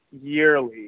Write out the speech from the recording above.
yearly